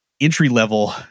entry-level